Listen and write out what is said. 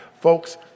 Folks